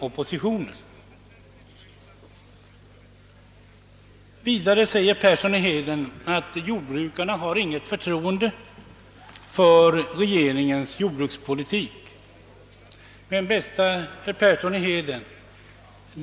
Vidare sade herr Persson i Heden att jordbrukarna inte har något förtroende för regeringens jordbrukspolitik. Bäste herr Persson i Heden!